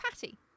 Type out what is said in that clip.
Patty